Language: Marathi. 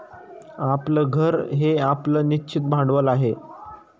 आपलं घर हे आपलं निश्चित भांडवल आहे